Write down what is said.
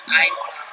mm